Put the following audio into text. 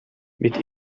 mit